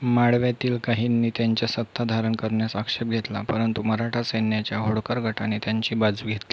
माळव्यातील काहींनी त्यांच्या सत्ता धारण करण्यास आक्षेप घेतला परंतु मराठा सैन्याच्या होळकर गटाने त्यांची बाजू घेत